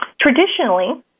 traditionally